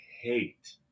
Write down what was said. hate